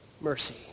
mercy